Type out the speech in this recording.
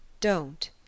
Don't